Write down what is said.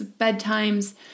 bedtimes